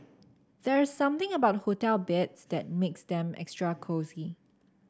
there's something about hotel beds that makes them extra cosy